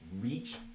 reach